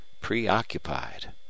preoccupied